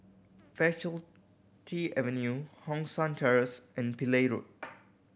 Faculty Avenue Hong San Terrace and Pillai Road